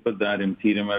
padarėm tyrimą